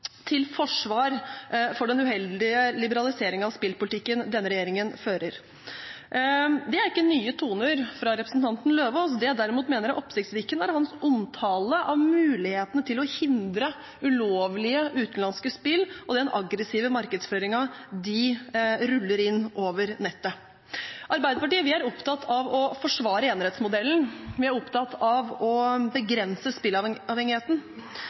til forsvar for den uheldige liberaliseringen av spillpolitikken denne regjeringen fører. Det er ikke nye toner fra representanten Løvaas. Det jeg derimot mener er oppsiktsvekkende, er hans omtale av muligheten til å hindre ulovlige utenlandske spill og den aggressive markedsføringen de ruller inn over nettet. Arbeiderpartiet er opptatt av å forsvare enerettsmodellen. Vi er opptatt av å begrense